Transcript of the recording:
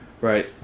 Right